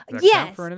yes